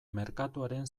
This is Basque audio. merkatuaren